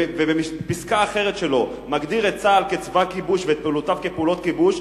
ובפסקה אחרת שלו מגדיר את צה"ל כצבא כיבוש ואת פעולותיו כפעולות כיבוש,